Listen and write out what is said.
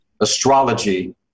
astrology